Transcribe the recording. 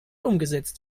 umgesetzt